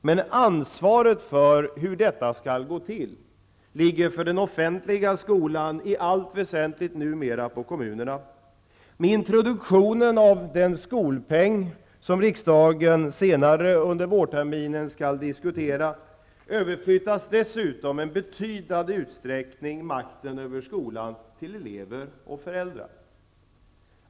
Men ansvaret för hur detta skall gå till ligger för den offentliga skolan i allt väsentligt numera på kommunerna. Med introduktionen av den skolpeng som riksdagen senare under vårterminen skall diskutera överflyttas dessutom i betydande utsträckning makten över skolan till elever och föräldrar.